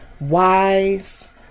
wise